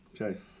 Okay